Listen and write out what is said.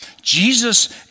Jesus